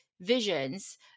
visions